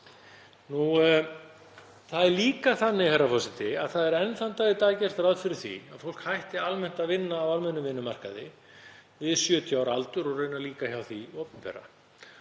því. Það er líka þannig, herra forseti, að enn þann dag í dag er gert ráð fyrir að fólk hætti almennt að vinna á almennum vinnumarkaði við 70 ára aldur og raunar líka hjá því opinbera.